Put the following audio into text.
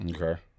okay